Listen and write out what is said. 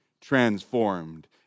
transformed